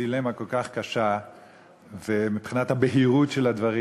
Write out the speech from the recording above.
דילמה כל כך קשה מבחינת הבהירות של הדברים.